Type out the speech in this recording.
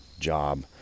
job